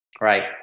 Right